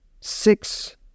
six